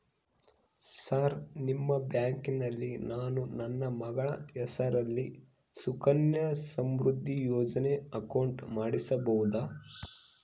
Sir ನಿಮ್ಮ ಬ್ಯಾಂಕಿನಲ್ಲಿ ನಾನು ನನ್ನ ಮಗಳ ಹೆಸರಲ್ಲಿ ಸುಕನ್ಯಾ ಸಮೃದ್ಧಿ ಯೋಜನೆ ಅಕೌಂಟ್ ಮಾಡಿಸಬಹುದಾ?